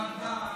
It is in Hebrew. אורנה.